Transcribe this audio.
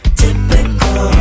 typical